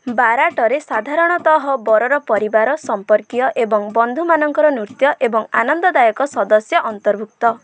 ବାରଟରେ ସାଧାରଣତଃ ବରର ପରିବାର ସମ୍ପର୍କୀୟ ଏବଂ ବନ୍ଧୁମାନଙ୍କର ନୃତ୍ୟ ଏବଂ ଆନନ୍ଦଦାୟକ ସଦସ୍ୟ ଅନ୍ତର୍ଭୁକ୍ତ